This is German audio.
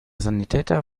sanitäter